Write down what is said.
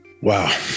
Wow